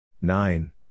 nine